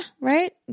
right